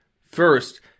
First